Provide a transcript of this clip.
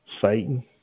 Satan